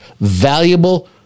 valuable